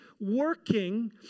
working